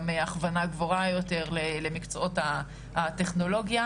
הכוונה גבוהה יותר למקצועות הטכנולוגיה.